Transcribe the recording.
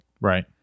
Right